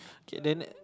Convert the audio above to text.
K then